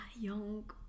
young